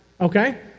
okay